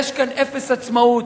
יש כאן אפס עצמאות.